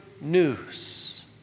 news